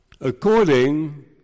According